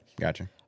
Gotcha